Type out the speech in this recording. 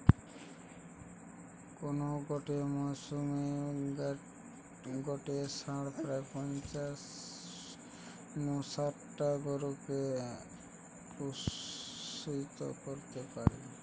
কোন গটে মরসুমে গটে ষাঁড় প্রায় পঞ্চাশ নু শাট টা গরুকে পুয়াতি করি পারে